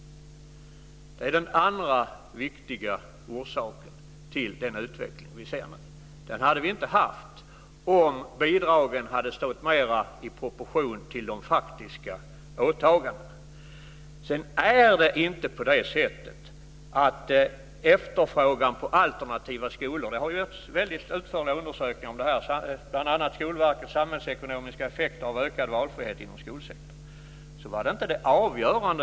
Det är den andra viktiga orsaken till den utveckling som vi nu ser. Den hade vi inte haft om bidragen hade stått mera i proportion till de faktiska åtagandena. Det har gjorts väldigt utförliga undersökningar om det här, bl.a. Skolverkets Samhällsekonomiska effekter av ökad valfrihet inom skolsektorn.